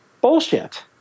Bullshit